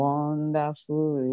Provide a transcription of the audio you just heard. Wonderful